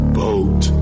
boat